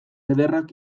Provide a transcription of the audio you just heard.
ederrak